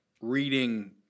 reading